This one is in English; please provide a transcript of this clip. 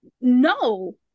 no